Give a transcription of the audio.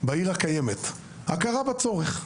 בעיר הקיימת, הכרה בצורך.